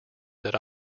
that